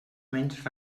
menys